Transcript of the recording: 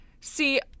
See